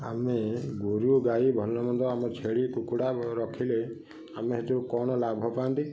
ଆମେ ଗୋରୁ ଗାଈ ଭଲ ମନ୍ଦ ଆମର ଛେଳି କୁକୁଡ଼ା ରଖିଲେ ଆମେ ସେଥିରୁ କ'ଣ ଲାଭ ପାଆନ୍ତି